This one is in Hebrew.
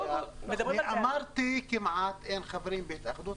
אמרתי שכמעט ואין חברים בהתאחדות